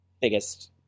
biggest